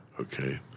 Okay